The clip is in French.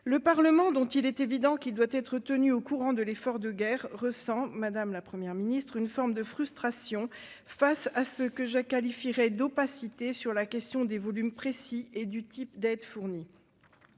Le Parlement, dont il est évident qu'il doit être tenu au courant de l'effort de guerre, ressent, madame la Première ministre, une forme de frustration face à ce que je qualifierai d'« opacité » sur la question des volumes précis et du type d'aide fournie.